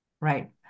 Right